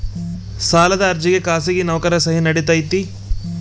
ಸಾಲದ ಅರ್ಜಿಗೆ ಖಾಸಗಿ ನೌಕರರ ಸಹಿ ನಡಿತೈತಿ?